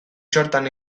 txortan